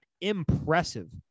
Impressive